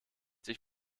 sich